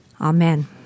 Amen